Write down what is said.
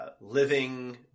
living